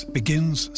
begins